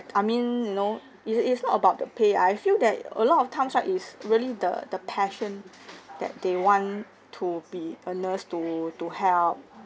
I mean you know it is not about the pay I feel that a lot of times right is really the the passion that they want to be a nurse to to help